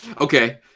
Okay